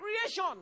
creation